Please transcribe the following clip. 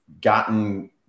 gotten